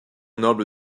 noble